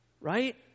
right